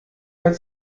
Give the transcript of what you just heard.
hat